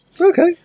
Okay